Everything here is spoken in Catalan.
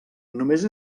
només